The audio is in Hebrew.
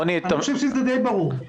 אני חושב שזה די ברור.